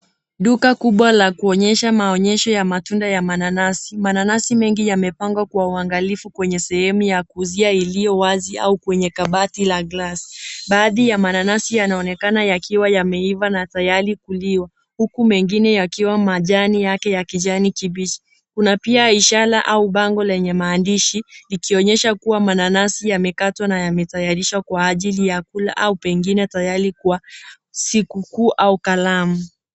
Duka kubwa la kuonyesha maonyesho ya matunda ya mananasi. Mananasi mengi yamepangwa kwa uangalifu kwenye sehemu ya kuuzia iliyo wazi au kwenye kabati ya glasi. Baadhi ya mananasi yanaonekana yakiwa yameiva na tayari kuliwa, huku mengine yakiwa majani ya kijani kibichi. Kuna pia ishara au bango lenye maandishi likioonyesha kuwa mananasi yamekatwa na yametayarishwa kwa ajili ya kula au pengine tayari kwa sikukuu au karamu.